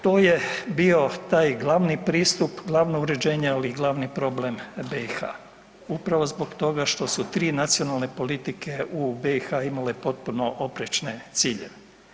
To je bio taj glavni pristup, glavno uređenje ali i glavni problem BiH upravo zbog toga što su tri nacionalne politike u BiH imale potpuno oprečne ciljeve.